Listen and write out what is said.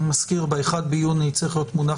אני מזכיר שב-1 ביוני צריך להיות מונח